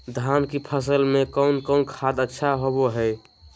धान की फ़सल में कौन कौन खाद अच्छा होबो हाय?